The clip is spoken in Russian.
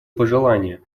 пожелание